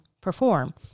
perform